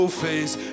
face